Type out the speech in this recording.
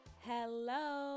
Hello